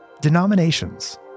Denominations